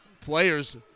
players